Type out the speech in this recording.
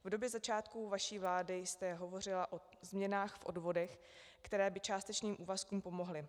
V době začátků vaší vlády jste hovořila o změnách v odvodech, které by částečným úvazkům pomohly.